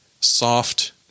Soft